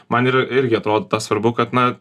man ir irgi atrodo svarbu kad na